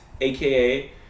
AKA